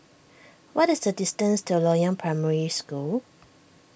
what is the distance to Loyang Primary School